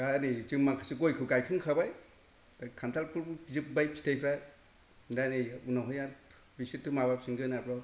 दा नै जों माखासे गइखौ गायखांखाबाय खान्थालफोरबो जोब्बाय फिथाइफोरा दा नै उनावहाय आरो बिसोरथ' माबाफिनगोन आरबाव